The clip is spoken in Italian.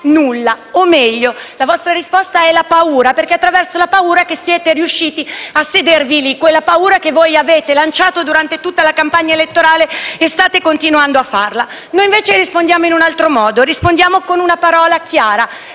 nulla, o meglio, la vostra risposta è la paura, perché è attraverso la paura che siete riusciti a sedervi lì, quella paura che voi avete lanciato durante tutta la campagna elettorale e che state continuando a lanciare. Noi invece rispondiamo in un altro modo, rispondiamo con una parola chiara: